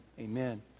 Amen